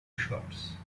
shorts